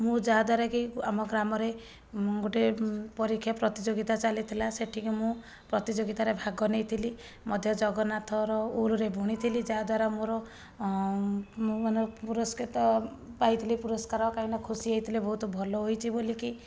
ମୁଁ ଯାହାଦ୍ୱାରାକି ଆମ ଗ୍ରାମରେ ମୁଁ ଗୋଟେ ପରୀକ୍ଷା ପ୍ରତିଯୋଗିତା ଚାଲିଥିଲା ସେଠିକି ମୁଁ ପ୍ରତିଯୋଗିତାରେ ଭାଗ ନେଇଥିଲି ମଧ୍ୟ ଜଗନ୍ନାଥର ଉଲ୍ ରେ ବୁଣିଥିଲି ଯାହାଦ୍ୱାରା ମୋର ମୁଁ ମାନେ ପୁରସ୍କ୍ରିତ ପାଇଥିଲି ପୁରସ୍କାର କାହିଁକିନା ଖୁସି ହେଇଥିଲେ ବହୁତ ଭଲ ହୋଇଛି ବୋଲିକି